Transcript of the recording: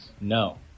No